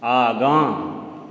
आगाँ